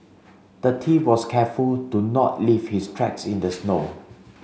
the thief was careful to not leave his tracks in the snow